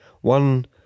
One